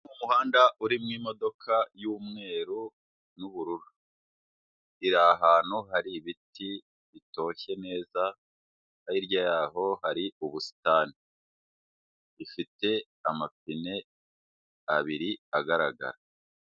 Umuhanda urimo imodoka y'umweru n'ubururu iri ahantu hari ibiti bitoshye neza, hirya yaho hari ubusitani ifite amapine abiri agaragara.